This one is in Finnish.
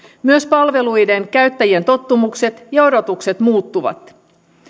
myös palveluiden käyttäjien tottumukset ja odotukset muuttuvat